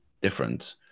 different